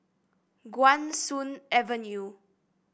Guan Soon Avenue